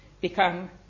become